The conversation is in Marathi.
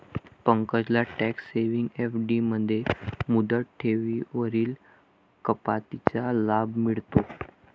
पंकजला टॅक्स सेव्हिंग एफ.डी मध्ये मुदत ठेवींवरील कपातीचा लाभ मिळतो